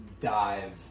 dive